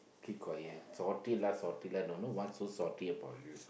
keep quiet salty lah salty lah don't now what so salty about you